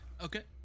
Okay